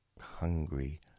hungry